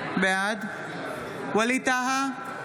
בעד ווליד טאהא,